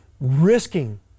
risking